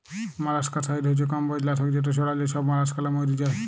molluscicide হছে কমবজ লাসক যেট ছড়াল্যে ছব মলাসকালা ম্যইরে যায়